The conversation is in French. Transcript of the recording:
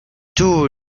tous